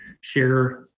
share